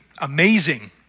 amazing